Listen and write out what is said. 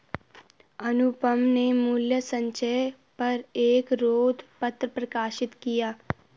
अनुपम ने मूल्य संचय पर एक शोध पत्र प्रकाशित किया